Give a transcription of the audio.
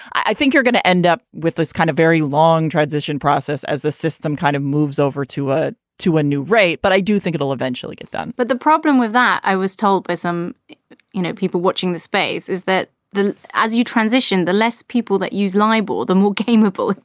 i think you're going to end up with this kind of very long transition process as the system kind of moves over to ah it to a new rate. but i do think it will eventually get done but the problem with that. i was told by some you know people watching the space is that as you transition, the less people that use leibel, the and more capable.